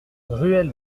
ruelle